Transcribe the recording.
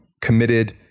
committed